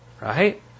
Right